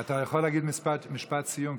אתה יכול להגיד משפט סיום,